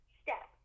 step